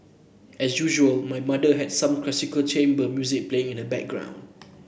as usual my mother had some classical chamber music playing in the background